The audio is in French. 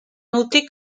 noter